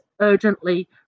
urgently